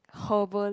herbal